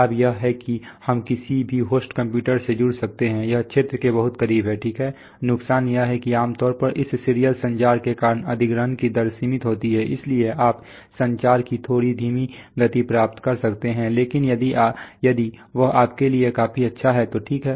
लाभ यह है कि हम किसी भी होस्ट कंप्यूटर से जुड़ सकते हैं यह क्षेत्र के बहुत करीब है ठीक है नुकसान यह है कि आम तौर पर इस सीरियल संचार के कारण अधिग्रहण की दर सीमित होती है इसलिए आप संचार की थोड़ी धीमी गति प्राप्त कर सकते हैं लेकिन यदि वह आपके लिए काफी अच्छा है तो ठीक है